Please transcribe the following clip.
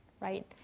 right